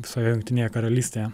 visoje jungtinėje karalystėje